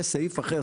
יש סעיף אחר,